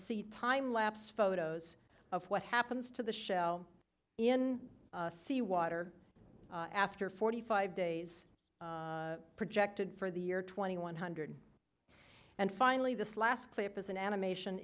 see time lapse photos of what happens to the shell in seawater after forty five days projected for the year twenty one hundred and finally this last clip is an animation